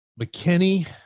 McKinney